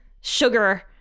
sugar